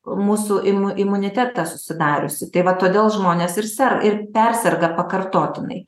mūsų imu imunitetą susidariusį tai va todėl žmonės ir ser ir perserga pakartotinai